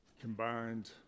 combined